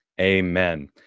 Amen